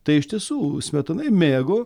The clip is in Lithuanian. tai iš tiesų smetonai mėgo